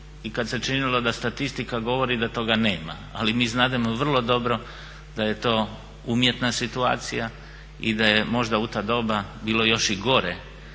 i kad se činilo da statistika govori da toga nema, ali mi znademo vrlo dobro da je to umjetna situacija i da je možda u ta doba bilo još i gore,